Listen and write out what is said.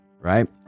right